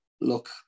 look